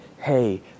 hey